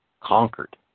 conquered